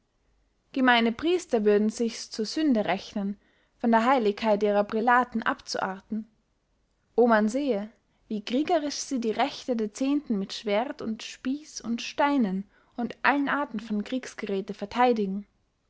gemeine priester würden sichs zur sünde rechnen von der heiligkeit ihrer prälaten abzuarten o man sehe wie kriegerisch sie die rechte der zehnten mit schwerd und spieß und steinen und allen arten von kriegsgeräthe vertheidigen